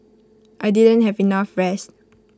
I didn't have enough rest